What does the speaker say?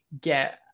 get